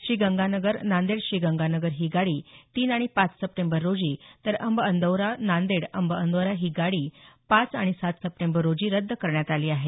श्रीगंगानगर नांदेड श्रीगंगानगर ही गाडी तीन आणि पाच सप्टेंबर रोजी तर अम्ब अन्दौरा नांदेड अम्ब अन्दौरा ही गाडी पाच आणि सात सप्टेंबर रोजी रद्द करण्यात आली आहे